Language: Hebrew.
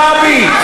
חברת הכנסת זועבי,